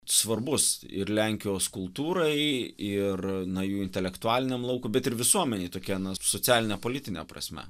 svarbus ir lenkijos kultūrai ir na jų intelektualiniam laukui bet ir visuomenei tokia na socialine politine prasme